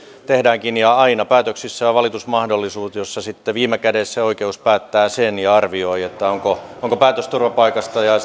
tehdäänkin aina päätöksissä on valitusmahdollisuus jossa sitten viime kädessä oikeus päättää sen ja arvioi onko onko päätös turvapaikasta ja